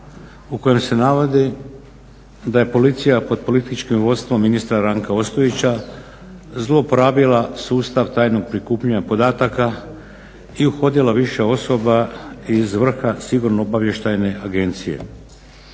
u kojem se navodi da je policija pod političkim vodstvom ministra Ranka Ostojića zlouporabila sustav tajnog prikupljanja podataka i uhodila više osoba iz vrha Sigurno-obavještajne agencije.